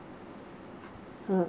ah